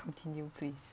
continue please